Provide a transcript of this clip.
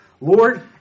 Lord